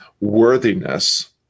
worthiness